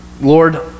Lord